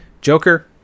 Joker